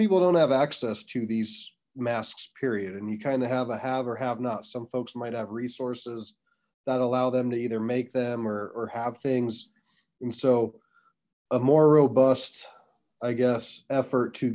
people don't have access to these masks period and you kind of have a have or have not some folks might have resources that allow them to either take them or have things and so a more robust i guess effort to